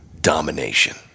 domination